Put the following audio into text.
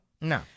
No